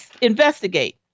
investigate